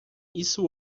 isso